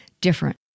different